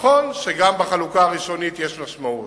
נכון שגם בחלוקה הראשונית יש משמעות.